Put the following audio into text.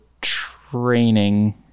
training